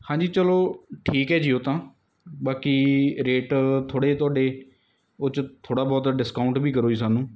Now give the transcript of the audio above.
ਹਾਂਜੀ ਚਲੋ ਠੀਕ ਹੈ ਜੀ ਉਹ ਤਾਂ ਬਾਕੀ ਰੇਟ ਥੋੜ੍ਹੇ ਜਿਹੇ ਤੁਹਾਡੇ ਉਹ 'ਚ ਥੋੜ੍ਹਾ ਬਹੁਤ ਡਿਸਕਾਊਂਟ ਵੀ ਕਰੋ ਜੀ ਸਾਨੂੰ